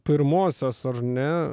pirmosios ar ne